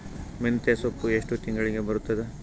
ಮೆಂತ್ಯ ಸೊಪ್ಪು ಎಷ್ಟು ತಿಂಗಳಿಗೆ ಬರುತ್ತದ?